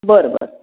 बरं बरं